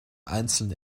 einzeln